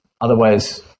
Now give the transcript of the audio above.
Otherwise